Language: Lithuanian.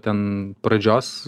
ten pradžios